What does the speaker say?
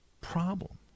problem